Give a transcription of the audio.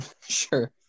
Sure